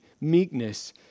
meekness